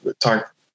talk